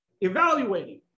evaluating